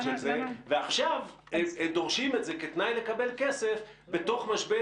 עכשיו דורשים את זה כתנאי לקבלת כסף בזמן משבר